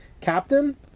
Captain